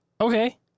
Okay